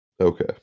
Okay